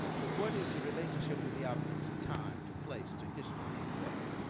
but what is the relationship of the object to time, to place to history, et cetera?